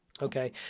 Okay